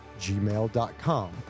gmail.com